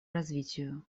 развитию